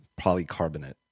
polycarbonate